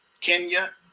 Kenya